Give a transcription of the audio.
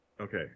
Okay